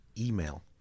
email